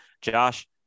Josh